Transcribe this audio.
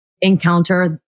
encounter